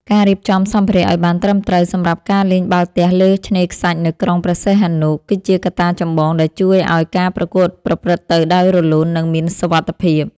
ការរៀបចំសម្ភារៈឱ្យបានត្រឹមត្រូវសម្រាប់ការលេងបាល់ទះលើឆ្នេរខ្សាច់នៅក្រុងព្រះសីហនុ គឺជាកត្តាចម្បងដែលជួយឱ្យការប្រកួតប្រព្រឹត្តទៅដោយរលូន និងមានសុវត្ថិភាព។